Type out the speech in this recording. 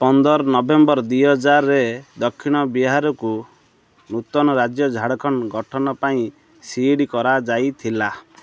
ପନ୍ଦର ନଭେମ୍ବର୍ ଦୁଇହଜରରେ ଦକ୍ଷିଣ ବିହାରକୁ ନୂତନ ରାଜ୍ୟ ଝାଡ଼ଖଣ୍ଡ ଗଠନ ପାଇଁ ସିଡ଼୍ କରାଯାଇଥିଲା